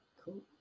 cool